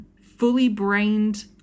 fully-brained